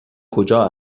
کجا